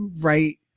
right